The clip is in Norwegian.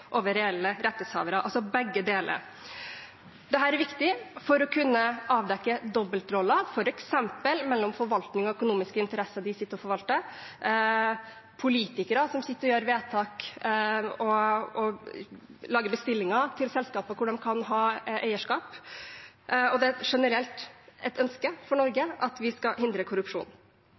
over reelle rettighetshavere – altså begge deler. Dette er viktig for å kunne avdekke dobbeltroller f.eks. gjennom økonomiske interesser de sitter og forvalter, og politikere som sitter og gjør vedtak og lager bestillinger til selskaper hvor de kan ha eierskap. Og det er generelt et ønske for Norge at vi skal hindre korrupsjon.